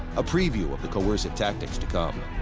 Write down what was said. a preview of the coercive tactics to come.